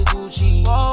Gucci